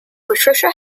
patricia